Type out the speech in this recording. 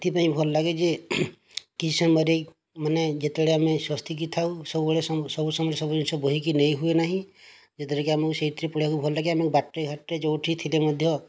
ଏଥିପାଇଁ ଭଲ ଲାଗେ ଯେ କିଛି ସମୟରେ ମାନେ ଯେତେବେଳେ ଆମେ ଥାଉ ସବୁ ବୋହିକି ନେଇ ହୁଏ ନାହିଁ ଯଦ୍ଦ୍ୱାରା କି ଆମକୁ ସେଥିରେ ପଢ଼ିବାକୁ ଭଲଲାଗେ ବାଟରେ ଘାଟରେ ଯେଉଁଠି ଥିଲେ ମଧ୍ୟ